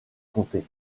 comté